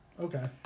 Okay